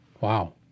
Wow